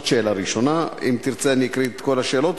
זאת שאלה ראשונה, אם תרצה אני אקריא את כל השאלות.